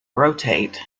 rotate